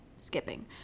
skipping